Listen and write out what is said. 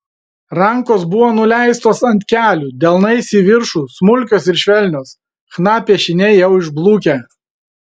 rankos buvo nuleistos ant kelių delnais į viršų smulkios ir švelnios chna piešiniai jau išblukę